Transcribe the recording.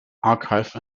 archive